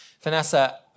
Vanessa